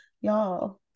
y'all